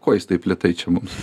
ko jis taip lėtai čia mums